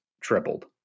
tripled